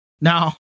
Now